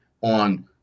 On